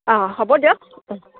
অঁ হ'ব দিয়ক